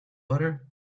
butter